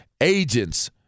agents